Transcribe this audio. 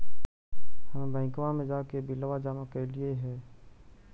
हम बैंकवा मे जाके बिलवा जमा कैलिऐ हे?